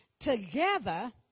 together